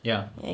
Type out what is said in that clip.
ya